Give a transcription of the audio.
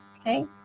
Okay